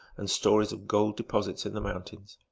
and stories of gold deposits in the mountains.